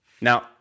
Now